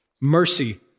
Mercy